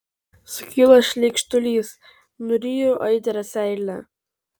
sukyla šleikštulys nuryju aitrią seilę